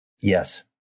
Yes